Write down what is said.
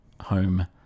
home